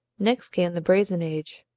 next came the brazen age,